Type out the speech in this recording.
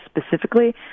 specifically